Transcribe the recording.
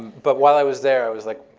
but while i was there, i was like,